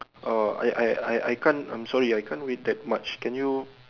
oh I I I I I can't I'm sorry I can't wait that much can you